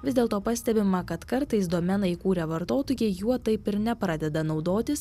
vis dėlto pastebima kad kartais domeną įkūrę vartotojai juo taip ir nepradeda naudotis